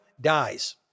dies